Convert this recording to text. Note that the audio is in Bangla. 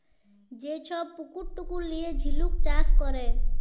যে ছব পুকুর টুকুর লিঁয়ে ঝিলুক চাষ ক্যরে